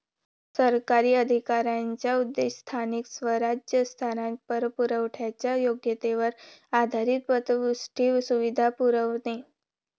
सरकारी अधिकाऱ्यांचा उद्देश स्थानिक स्वराज्य संस्थांना पतपुरवठ्याच्या योग्यतेवर आधारित पतवृद्धी सुविधा पुरवणे